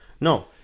No